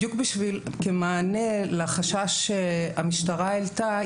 כמענה לחשש שהמשטרה העלתה,